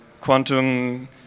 quantum